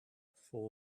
for